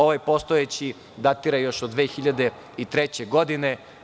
Ovaj postojeći datira još od 2003. godine.